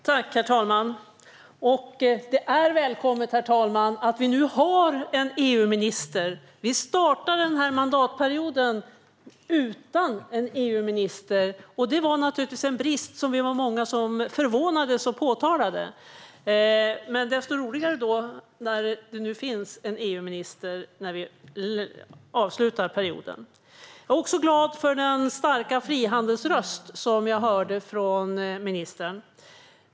Herr talman! Det är välkommet att vi nu har en EU-minister. Vi startade denna mandatperiod utan EU-minister, och det var naturligtvis en brist som vi var många som förvånades över och påtalade. Det är desto roligare att det nu finns en EU-minister när vi avslutar perioden. Jag är också glad för den starka frihandelsröst jag hörde från ministern.